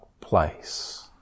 place